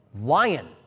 lion